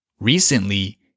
Recently